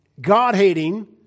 God-hating